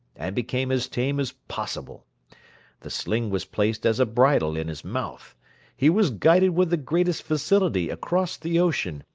and became as tame as possible the sling was placed as a bridle in his mouth he was guided with the greatest facility across the ocean,